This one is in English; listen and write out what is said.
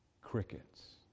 Crickets